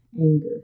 anger